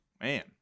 man